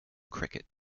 cricket